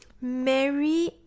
Mary